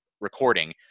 recording